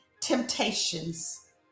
temptations